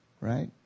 Right